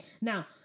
Now